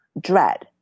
dread